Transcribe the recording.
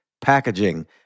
packaging